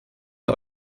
der